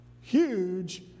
huge